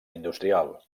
industrial